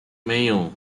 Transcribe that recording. mayor